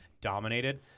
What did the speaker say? dominated